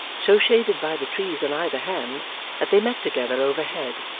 so shaded by the trees on either hand that they met together over-head,